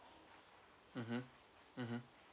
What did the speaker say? mmhmm mmhmm